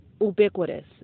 Ubiquitous